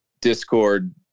discord